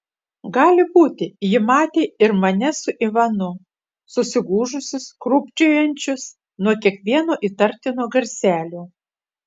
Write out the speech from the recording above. gali būti ji matė ir mane su ivanu susigūžusius krūpčiojančius nuo kiekvieno įtartino garselio